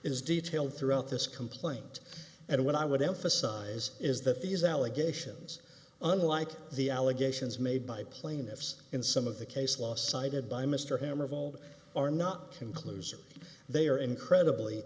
is detail throughout this complaint and what i would emphasize is that these allegations unlike the allegations made by plaintiffs in some of the case law cited by mr hammer of old are not conclusive they are incredibly